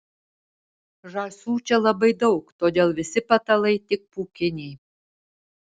žąsų čia labai daug todėl visi patalai tik pūkiniai